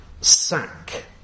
sack